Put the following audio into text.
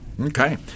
Okay